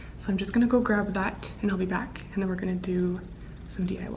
so i'm just gonna go grab that and i'll be back, and then we're gonna do some diy's.